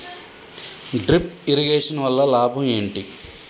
Drip irrigation వల్ల లాభం ఏంటి?